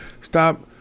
Stop